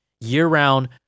year-round